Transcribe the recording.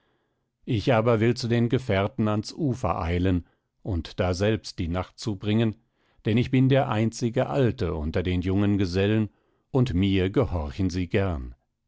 ich aber will zu den gefährten ans ufer eilen und daselbst die nacht zubringen denn ich bin der einzige alte unter den jungen gesellen und mir gehorchen sie gern